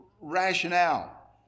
rationale